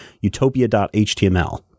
utopia.html